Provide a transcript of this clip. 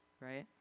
right